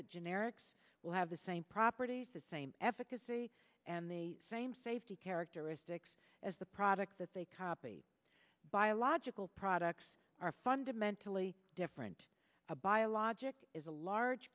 the generics will have the same properties the same efficacy and the same safety characteristics as the product that they copied biological products are fundamentally different a biologic is a large